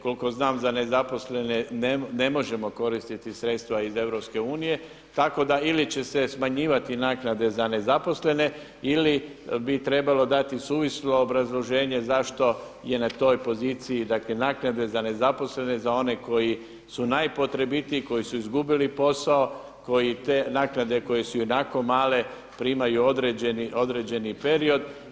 Koliko znam za nezaposlene ne možemo koristiti sredstva iz EU tako da ili će se smanjivati naknade za nezaposlene ili bi trebalo dati suvislo obrazloženje zašto je na toj poziciji dakle naknade za nezaposlene za one koji su najpotrebitiji, koji su izgubili posao, koji te naknade koje su ionako male primaju određeni period.